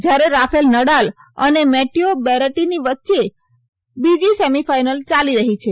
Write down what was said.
જ્યારે રાફેલ નડાલ અને Matteo Berrettini વચ્ચે બીજી સેમિફાઈનલમાં યાલી રહી છે